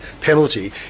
penalty